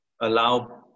allow